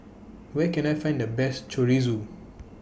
Where Can I Find The Best Chorizo